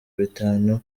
bitanu